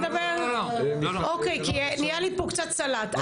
כי נהיה לי פה קצת סלט.